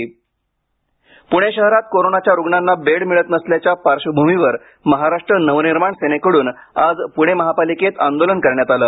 प्णे शहरात कोरोनाच्या रुग्णांना बेड मिळत नसल्याच्या पार्श्वभूमीवर महाराष्ट्र नवनिर्माण सेनेकडून आज पुणे महापालिकेत आंदोलन करण्यात आलं